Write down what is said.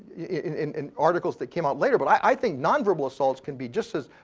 in articles that came out later. but i think non-verbal assaults can be just as